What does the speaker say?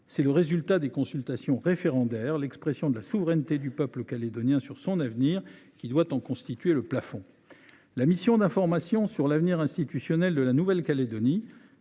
c’est le résultat des consultations référendaires, l’expression de la souveraineté du peuple calédonien sur son avenir, qui doit en constituer le plafond. La mission d’information sur l’avenir institutionnel de la Nouvelle Calédonie